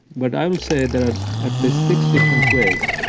but i will say there are at least six different ways,